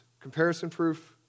comparison-proof